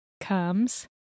comes